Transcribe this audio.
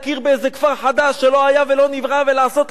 חדש שלא היה ולא נברא ולעשות לו תב"ע.